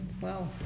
Wow